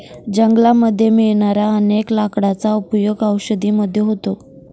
जंगलामध्ये मिळणाऱ्या अनेक लाकडांचा उपयोग औषधी मध्ये होतो